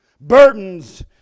Burdens